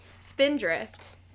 spindrift